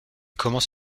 commence